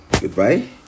Goodbye